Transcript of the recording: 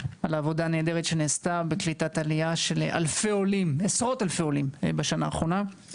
על העבודה הנהדרת שנעשתה בקליטתם של עשרות אלפי עולים בשנה האחרונה,